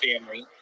family